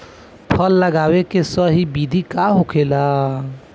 फल लगावे के सही विधि का होखेला?